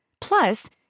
Plus